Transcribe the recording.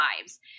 lives